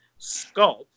sculpt